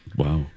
wow